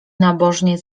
nabożnie